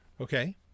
Okay